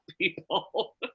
people